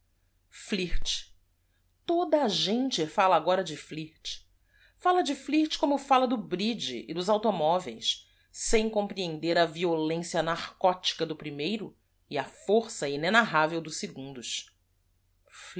oda a gente falia agora de l i r t ala de l i r t como fala do bridge e dos automóveis sem conrprehender a violência nar cótica do primeiro e a força inenar rável dos segundos